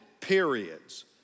periods